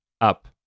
up